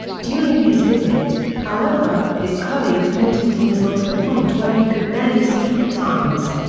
during his visit, however, his colleagues noticed he was ill to the point where he could barely speak at times.